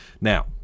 Now